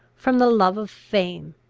from the love of fame.